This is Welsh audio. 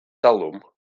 talwm